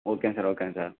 ஓகேங்க சார் ஓகேங்க சார்